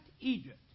Egypt